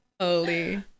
Holy